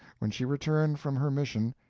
when she returned from her mission,